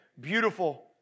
beautiful